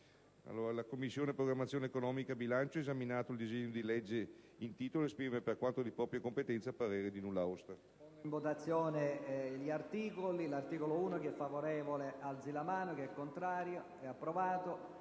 «La Commissione programmazione economica, bilancio, esaminato il disegno di legge in titolo esprime, per quanto di competenza, parere di nulla osta,